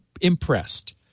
impressed